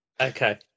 Okay